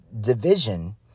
division